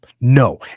No